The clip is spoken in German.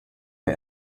der